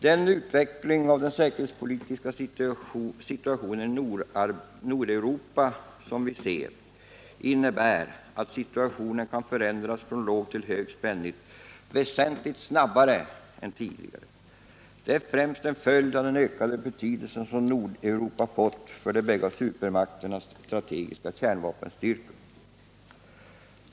Den utveckling av den säkerhetspolitiska situationen i Nordeuropa som vi ser innebär att situationen kan förändras från låg till hög spänning väsentligt snabbare än tidigare. Detta är främst en följd av den ökade betydelse som Nordeuropa fått för de bägge supermakterna.